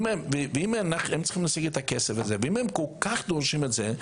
הם צריכים להשיג את הכסף הזה ואם הם כל כך דורשים את זה,